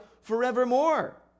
forevermore